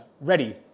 ready